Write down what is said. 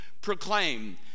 proclaim